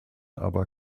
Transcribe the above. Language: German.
aber